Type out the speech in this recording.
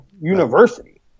university